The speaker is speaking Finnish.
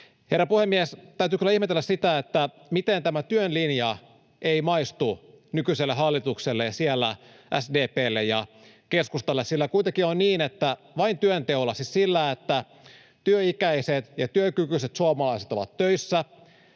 Herra puhemies! Täytyy kyllä ihmetellä sitä, miten tämä työn linja ei maistu nykyiselle hallitukselle ja siellä SDP:lle ja keskustalle. Kuitenkin on niin, että vain työnteolla, siis sillä, että työikäiset ja työkykyiset suomalaiset ovat töissä,